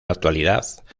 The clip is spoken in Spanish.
actualidad